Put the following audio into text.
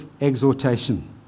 exhortation